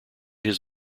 his